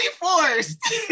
forced